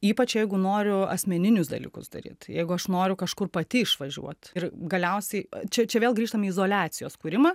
ypač jeigu noriu asmeninius dalykus daryt jeigu aš noriu kažkur pati išvažiuot ir galiausiai čia čia vėl grįžtam į izoliacijos kūrimą